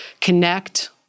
connect